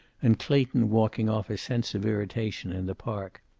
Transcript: and clayton walking off a sense of irritation in the park.